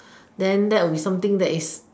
then that will be something